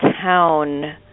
town